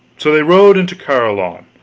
so they rode into carlion,